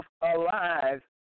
alive